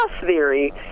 theory